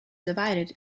divided